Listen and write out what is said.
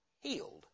healed